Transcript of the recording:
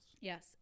Yes